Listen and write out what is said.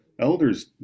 elders